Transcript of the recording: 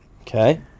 Okay